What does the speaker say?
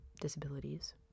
disabilities